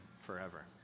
forever